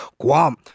Guam